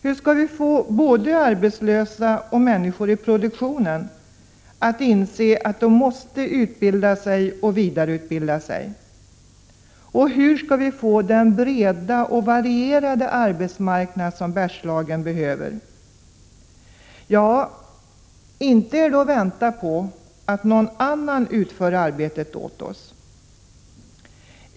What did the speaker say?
Hur skall vi få både arbetslösa och människor i produktionen att inse att de måste utbilda sig och vidareutbilda sig? Hur skall vi få den breda och varierade arbetsmarknad som Bergslagen behöver? Ja, inte är det genom att vänta på att någon annan utför arbetet åt oss.